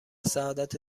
سعادت